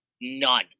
None